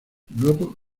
luego